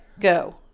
go